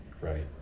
Right